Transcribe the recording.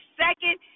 second